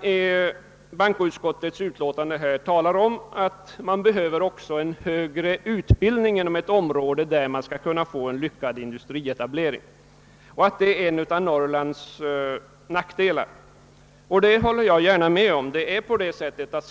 Det gäller först och främst det förhållandet, att man i bankoutskottets utlåtande omnämner att det för en lyckad industrietablering krävs att det finns möjlighet till högre utbildning inom området och att bristen härpå är en av Norrlands nackdelar. Jag instämmer gärna i detta uttalande.